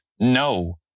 No